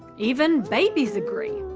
even babies agree.